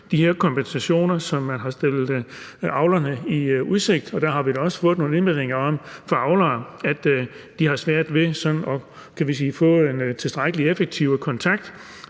de her kompensationer, som man har stillet avlerne i udsigt; der har vi da også fået nogle indmeldinger fra avlere om, at de har svært ved sådan at få etableret en tilstrækkelig effektiv kontakt